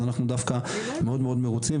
אז אנחנו דווקא מאוד מאוד מרוצים,